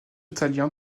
italien